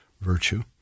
virtue